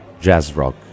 jazz-rock